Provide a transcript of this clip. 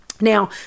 Now